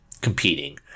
competing